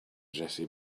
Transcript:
jessie